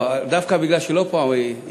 דווקא מפני שהיא לא פה הפרדתי.